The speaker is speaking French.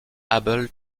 abel